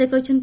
ସେ କହିଛନ୍ତି